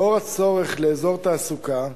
לאור הצורך באזור תעסוקה,